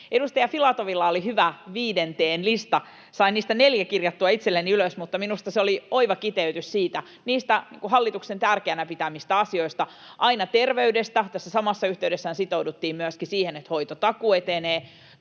Edustaja Filatovilla oli hyvä viiden T:n lista, sain niistä neljä kirjattua itselleni ylös, mutta minusta se oli oiva kiteytys niistä hallituksen tärkeinä pitämistä asioista aina terveydestä — tässä samassa yhteydessähän sitouduttiin myöskin siihen, että hoitotakuu etenee